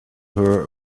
her